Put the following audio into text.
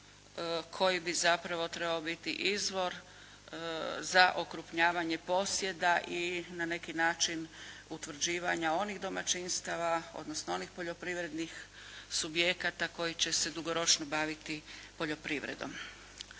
koji bi zapravo trebao biti izvor za okrupnjavanje posjeda i na neki način utvrđivanja onih domaćinstava, odnosno onih poljoprivrednih subjekata koji će se dugoročno baviti poljoprivredom.